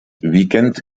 weekend